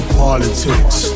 politics